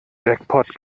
jackpot